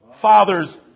fathers